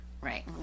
Right